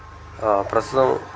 ప్రస్తుతం